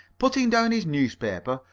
putting down his newspaper,